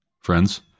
friends